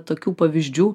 tokių pavyzdžių